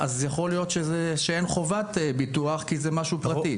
אז יכול להיות שאין חובת ביטוח כי זה משהו פרטי.